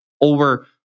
over